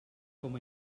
com